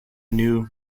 new